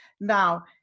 Now